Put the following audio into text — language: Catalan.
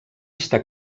està